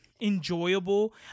enjoyable